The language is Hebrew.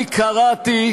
אני אומר לך יותר מזה,